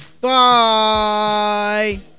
Bye